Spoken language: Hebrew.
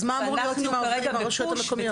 בדחיפה -- אז מה אמור להיות עם הרשויות המקומיות?